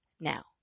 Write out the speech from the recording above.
now